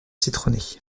citronnée